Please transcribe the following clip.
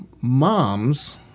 mom's